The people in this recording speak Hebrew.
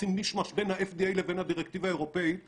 עושים מיש-מש בין ה-FDA לבין הדירקטיבה האירופאית ומחילים,